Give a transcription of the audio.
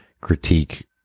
critique